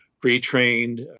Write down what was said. pre-trained